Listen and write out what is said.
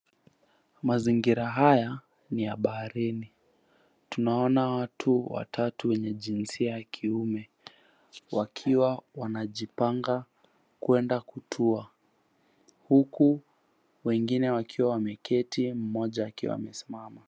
Mazingira haya ni ya baharini tunaona watu watatu wenye jinsia ya kiume wakiwa wanajipanga kuenda kutua huku wengine wakiwa wameketi mmoja akiwa amesimama.